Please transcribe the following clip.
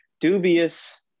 dubious